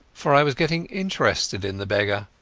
for i was getting interested in the beggar.